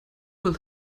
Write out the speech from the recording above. will